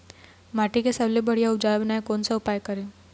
माटी के सबसे बढ़िया उपजाऊ बनाए कोन सा उपाय करें?